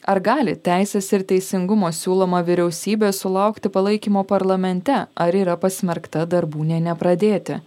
ar gali teisės ir teisingumo siūloma vyriausybė sulaukti palaikymo parlamente ar yra pasmerkta darbų nė nepradėti